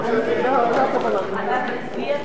2010, לדיון מוקדם בוועדת הכלכלה נתקבלה.